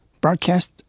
broadcast